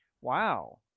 Wow